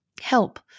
help